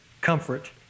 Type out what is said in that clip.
comfort